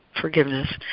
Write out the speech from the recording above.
forgiveness